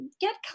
get